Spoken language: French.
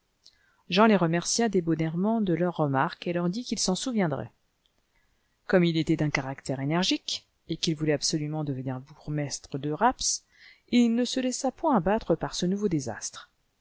jean les remercia débonnairement de leurremarque et leur dit qu'il s'en souviendrait comme il était d'un caractère énergique et qu'il voulait absolument devenir bourgmestre de rapps il ne se laissa point abattre par ce nouveau désastre